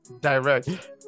direct